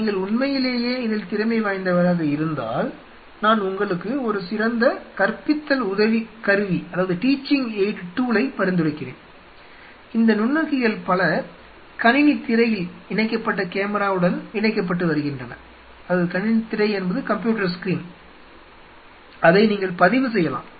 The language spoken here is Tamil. நீங்கள் உண்மையிலேயே இதில் திறமைவாய்ந்தவராக இருந்தால் நான் உங்களுக்கு ஒரு சிறந்த கற்பித்தல் உதவி கருவியைப் பரிந்துரைக்கிறேன் இந்த நுண்ணோக்கிகள் பல கணினித் திரையில் இணைக்கப்பட்ட கேமராவுடன் இணைக்கப்பட்டு வருகின்றன அதை நீங்கள் பதிவு செய்யலாம்